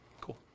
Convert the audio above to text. Cool